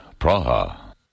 Praha